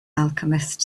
alchemist